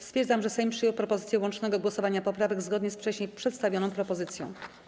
Stwierdzam, że Sejm przyjął propozycję łącznego głosowania nad poprawkami zgodnie z wcześniej przedstawioną propozycją.